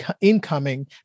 incoming